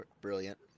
brilliant